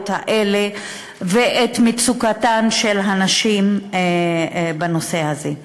האלה ואת מצוקתן של הנשים בנושא הזה?